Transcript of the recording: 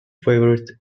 favorite